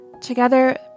Together